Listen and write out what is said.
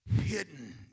hidden